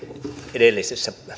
edellisessä